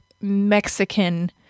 Mexican